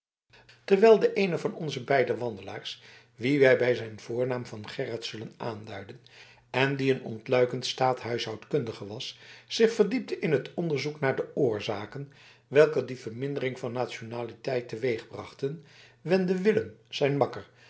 terwijl de een van onze beide wandelaars wien wij bij zijn voornaam gerrit zullen aanduiden en die een ontluikend staathuishoudkundige was zich verdiepte in het onderzoek naar de oorzaken welke die vermindering van nationaliteit teweegbrachten wendde willem zijn makker